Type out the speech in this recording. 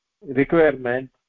requirement